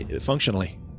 functionally